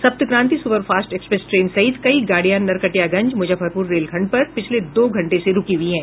Saptakranti super fast express train सहित कई गाड़ियां नरकटियागंज मुजफ्फरपुर रेलखंड पर पिछले दो घंटे से रूकी हुई हैं